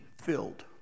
filled